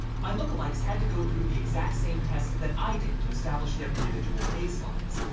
my look alikes had to go through the exact same tests that i did to establish their individual baselines,